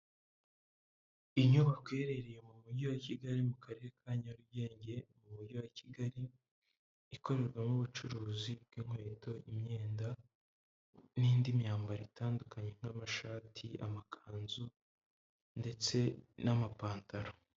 Inyubako iherereye mu mujyi wa Kigali mu karere ka Nyarugenge, mu mujyi wa Kigali ikorerwamo ubucuruzi bw'inkweto, imyenda n'indi myambaro itandukanye nk'amashati amakanzu ndetse n'amapantaro.